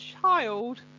child